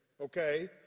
okay